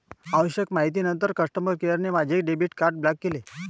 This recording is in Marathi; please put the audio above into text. आवश्यक माहितीनंतर कस्टमर केअरने माझे डेबिट कार्ड ब्लॉक केले